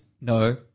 no